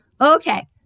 okay